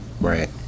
Right